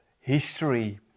history